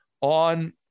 on